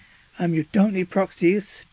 um you don't need proxies,